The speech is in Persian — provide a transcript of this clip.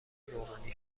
روغنی